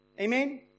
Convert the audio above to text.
Amen